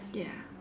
ya